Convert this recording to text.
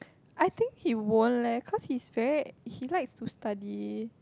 I think he won't leh cause he's very he likes to study